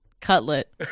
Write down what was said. Cutlet